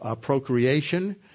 procreation